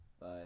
Bye